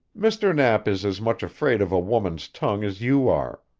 mr. knapp is as much afraid of a woman's tongue as you are.